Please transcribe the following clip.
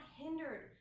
hindered